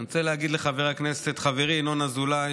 אני רוצה להגיד לחבר הכנסת חברי ינון אזולאי